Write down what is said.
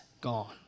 gone